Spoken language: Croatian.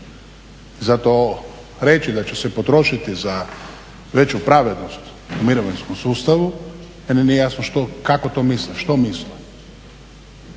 Zato reći da će se potrošiti za veću pravednost u mirovinskom sustavu meni nije jasno kako to misle, što misle.